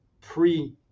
pre